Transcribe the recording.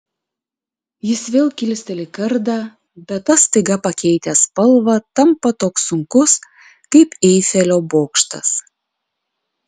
jis vėl kilsteli kardą bet tas staiga pakeitęs spalvą tampa toks sunkus kaip eifelio bokštas